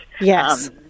Yes